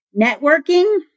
networking